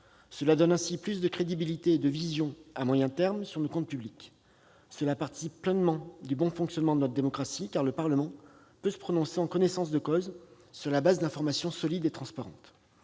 Cela donne ainsi plus de crédibilité et de vision à moyen terme sur nos comptes publics. Cela participe pleinement du bon fonctionnement de notre démocratie, car le Parlement peut se prononcer en connaissance de cause sur la base d'informations solides et transparentes.